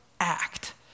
act